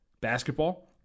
basketball